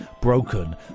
broken